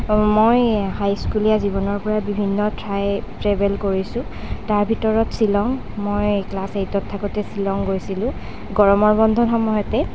মই হাইস্কুলীয়া জীৱনৰ পৰা বিভিন্ন ঠাই ট্ৰেভেল কৰিছোঁ তাৰ ভিতৰত শ্বিলং মই ক্লাছ এইটত থাকোঁতে শ্বিলং গৈছিলোঁ গৰমৰ বন্ধৰ সময়তে